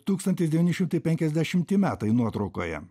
tūkstantis devyni šimtai penkiasdešimti metai nuotraukoje